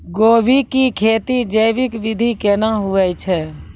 गोभी की खेती जैविक विधि केना हुए छ?